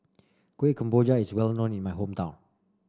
Kuih Kemboja is well known in my hometown